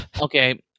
Okay